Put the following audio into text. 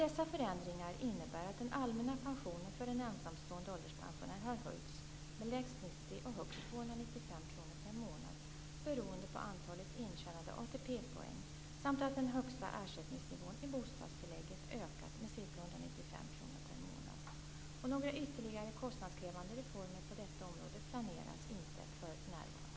Dessa förändringar innebär att den allmänna pensionen för en ensamstående ålderspensionär har höjts med lägst 90 kr och högst 295 kr per månad beroende på antalet intjänade ATP-poäng samt att den högsta ersättningsnivån i bostadstillägget ökat med ca 195 kr per månad. Några ytterligare kostnadskrävande reformer på detta område planeras inte för närvarande.